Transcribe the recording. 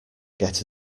get